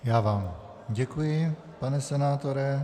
Já vám děkuji, pane senátore.